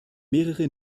mehrere